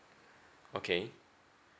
okay